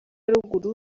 ruguru